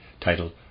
title